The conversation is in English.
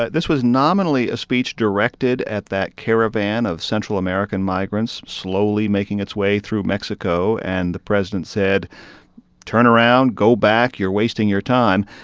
this was nominally a speech directed at that caravan of central american migrants slowly making its way through mexico. and the president said turn around. go back. you're wasting your time.